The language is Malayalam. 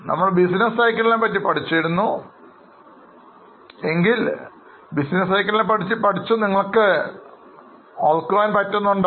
നമ്മൾ ബിസിനസ് സൈക്കിളിനെ പറ്റി പറഞ്ഞത് ഓർക്കുന്നു എങ്കിൽ ബിസിനസ് സൈക്കിൾ നിങ്ങളുടെ വരുമാനം മൈനസ് ചെലവ് ചെയ്താൽ നിങ്ങൾക്ക് ലാഭം ലഭിക്കും